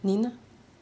你呢